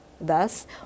Thus